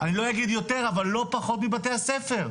אני לא אגיד שיותר, אבל לא פחות מבתי הספר.